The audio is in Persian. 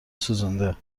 سوزونده